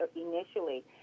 initially